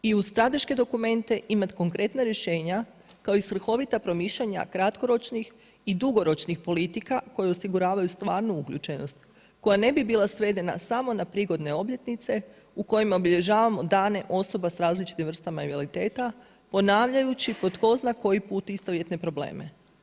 I uz strateške dokumente imati konkretna rješenja kao i svrhovita promišljanja kratkoročnih i dugoročnih politika koje osiguravaju stvarnu uključenost, koja ne bi bila svedena samo na prigodne obljetnice u kojima obilježavamo dane osoba sa različitim vrstama invaliditeta, ponavljajući po ko zna koji put istovjetne probleme.